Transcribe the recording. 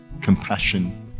compassion